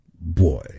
Boy